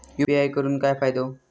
UPI करून काय फायदो?